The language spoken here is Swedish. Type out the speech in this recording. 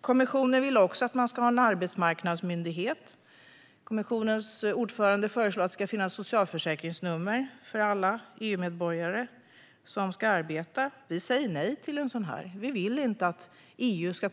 Kommissionen vill också att man ska ha en arbetsmarknadsmyndighet. Kommissionens ordförande föreslår att det ska finnas socialförsäkringsnummer för alla EU-medborgare som ska arbeta. Vi säger nej till detta. Vi vill inte att EU ska